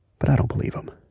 but i don't believe them